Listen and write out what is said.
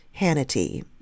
Hannity